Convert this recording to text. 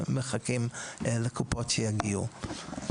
ומחכים שהקופות יגיעו.